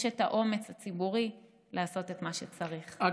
יש אומץ ציבורי לעשות מה שצריך.